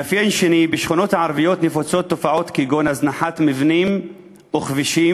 2. בשכונות הערביות נפוצות תופעות כגון הזנחת מבנים וכבישים,